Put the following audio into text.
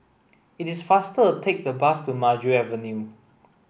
it is faster to take the bus to Maju Avenue